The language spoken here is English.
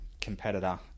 competitor